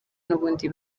n’ubundi